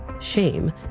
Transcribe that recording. Shame